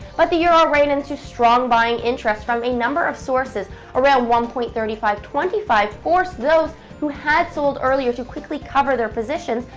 but the euro ran into strong buying interest from a number of sources around one point three five twenty five forced those who had sold earlier to quickly cover their positions,